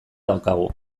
daukagu